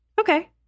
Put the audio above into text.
Okay